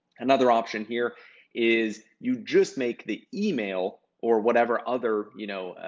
another option here is you just make the email or whatever other, you know,